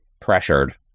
pressured